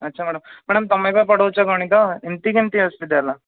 ଆଚ୍ଛା madam madam ତୁମେ ପରା ପଢ଼ଉଛ ଗଣିତ ଏମତି କେମିତି ଅସୁବିଧା ହେଲା